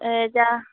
এতিয়া